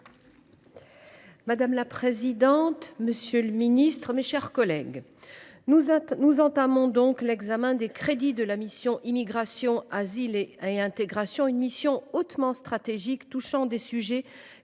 Madame la présidente, monsieur le ministre, mes chers collègues, nous entamons donc l’examen des crédits de la mission « Immigration, asile et intégration », une mission hautement stratégique, touchant des sujets